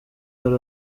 hari